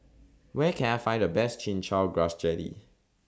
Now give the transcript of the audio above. Where Can I Find The Best Chin Chow Grass Jelly